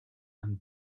and